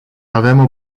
avem